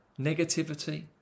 negativity